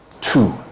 two